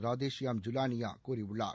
ராதே ஷியாம் ஜுவானியா கூறியுள்ளார்